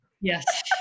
yes